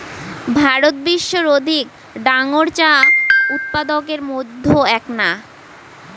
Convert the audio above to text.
ভারত বিশ্বর অধিক ডাঙর চা উৎপাদকের মইধ্যে এ্যাকনা